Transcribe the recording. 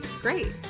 Great